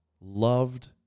loved